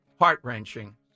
heart-wrenching